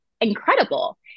incredible